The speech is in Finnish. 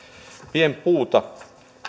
pienpuuta